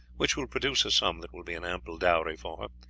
which will produce a sum that will be an ample dowry for her.